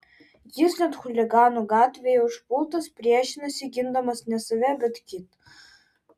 jis net chuliganų gatvėje užpultas priešinasi gindamas ne save bet kitą